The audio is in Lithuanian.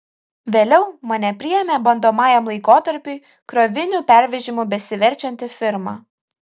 vėliau mane priėmė bandomajam laikotarpiui krovinių pervežimu besiverčianti firma